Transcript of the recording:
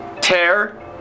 Tear